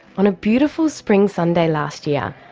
on a beautiful spring sunday last year,